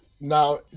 Now